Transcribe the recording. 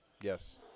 Yes